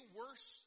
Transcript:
worse